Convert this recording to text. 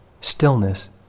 stillness